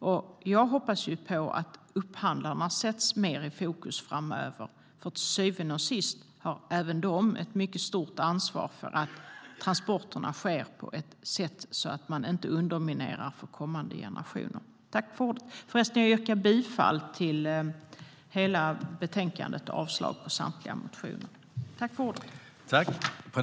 Jag yrkar bifall till förslaget i betänkandet och avslag på samtliga motioner.